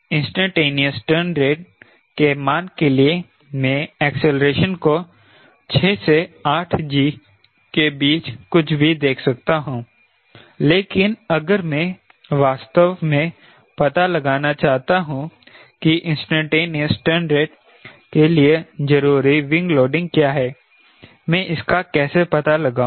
instantaneous turn rate के मान के लिए मैं एक्सेलरेशन को 6 से 8g के बीच कुछ भी देख सकता हूं लेकिन अगर मे वास्तव में पता लगाना चाहता हूं कि इंस्टैंटेनियस टर्न रेट के लिए ज़रूरी विंग लोडिंग क्या है मैं इसका कैसे पता लगाऊं